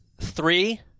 three